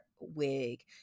wig